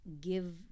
give